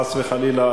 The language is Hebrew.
חס וחלילה,